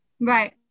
Right